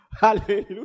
Hallelujah